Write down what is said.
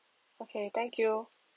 okay thank you